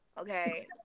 Okay